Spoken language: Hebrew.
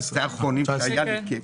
זה ב-2019, זה האחרונים שהיה לי,